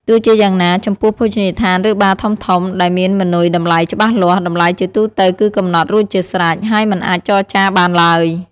ទោះជាយ៉ាងណា ចំពោះភោជនីយដ្ឋាន ឬបារធំៗ ដែលមានម៉ឺនុយតម្លៃច្បាស់លាស់ តម្លៃជាទូទៅគឺកំណត់រួចជាស្រេច ហើយមិនអាចចរចាបានឡើយ។